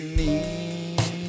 need